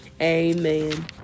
amen